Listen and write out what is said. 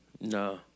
No